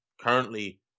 currently